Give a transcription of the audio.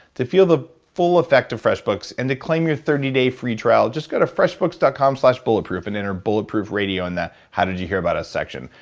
to feel the full effect of freshbooks and to claim your thirty day free trial, just go to freshbooks dot com slash bulletproof and enter bulletproof radio in the how did you hear about us section.